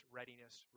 readiness